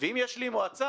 ואם יש לי מועצה